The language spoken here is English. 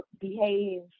behave